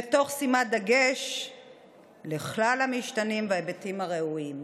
ותוך שימת דגש לכלל המשתנים בהיבטים הראויים.